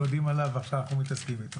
יודעים עליו ועכשיו אנחנו מתעסקים איתו.